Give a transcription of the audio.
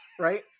right